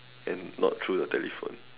and not through the telephone